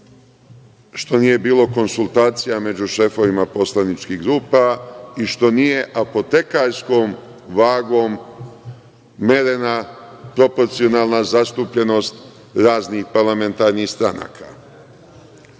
što nije bilo konsultacija među šefovima poslaničkih grupa i što nije apotekarskom vagom merena proporcionalna zastupljenost raznih parlamentarnih stranaka. Mi